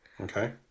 Okay